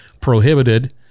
prohibited